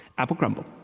apple crumble.